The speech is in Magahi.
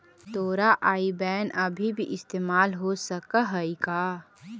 तोरा आई बैन अभी भी इस्तेमाल हो सकऽ हई का?